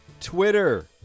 Twitter